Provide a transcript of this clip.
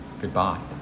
goodbye